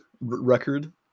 record